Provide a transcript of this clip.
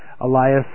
Elias